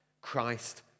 Christ